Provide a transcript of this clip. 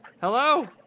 Hello